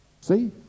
See